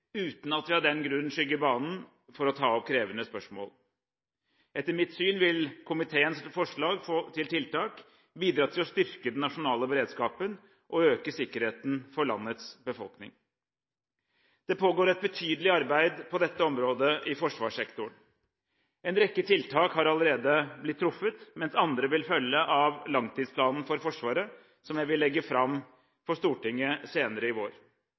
uten at vi av den grunn skygger banen for å ta opp krevende spørsmål. Etter mitt syn vil komiteens forslag til tiltak bidra til å styrke den nasjonale beredskapen og øke sikkerheten for landets befolkning. Det pågår et betydelig arbeid på dette området i forsvarssektoren. En rekke tiltak har allerede blitt truffet, mens andre vil følge av langtidsplanen for Forsvaret, som jeg vil legge fram for Stortinget senere i vår.